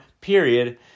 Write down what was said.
period